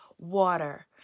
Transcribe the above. water